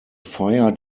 fire